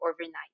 overnight